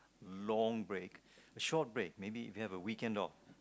long break a short break maybe if you have a weekend or